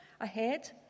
ahead